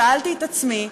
שאלתי את עצמי,